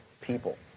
people